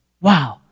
Wow